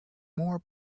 more